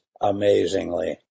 amazingly